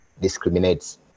discriminates